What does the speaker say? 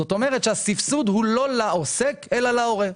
זאת אומרת שהסבסוד הוא לא לעוסק אלא להורה.